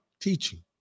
teaching